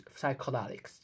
psychedelics